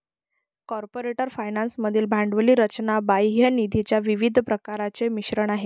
corporate finance मधील भांडवली रचना बाह्य निधीच्या विविध प्रकारांचे मिश्रण आहे